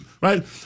right